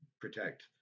protect